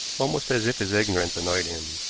almost as if his ignorance annoyed him.